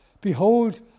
Behold